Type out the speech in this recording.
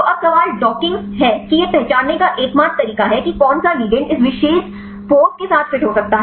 तो अब सवाल डॉकिंग है कि यह पहचानने का एकमात्र तरीका है कि कौन सा लिगंड इस विशेष पोज़ के साथ फिट हो सकता है